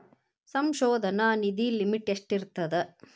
ಸಂಶೋಧನಾ ನಿಧಿ ಲಿಮಿಟ್ ಎಷ್ಟಿರ್ಥದ